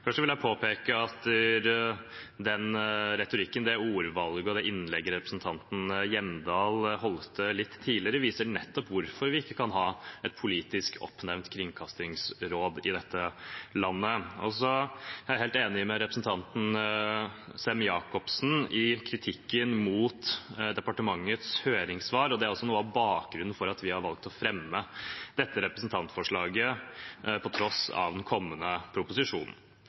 vil jeg påpeke at retorikken og ordvalget i det innlegget representanten Hjemdal holdt litt tidligere, viser nettopp hvorfor vi ikke kan ha et politisk oppnevnt kringkastingsråd i dette landet. Så er jeg helt enig med representanten Sem-Jacobsen i kritikken mot departementets høringssvar, og det er også noe av bakgrunnen for at vi har valgt å fremme dette representantforslaget, på tross av den kommende proposisjonen.